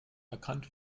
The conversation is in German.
erkannt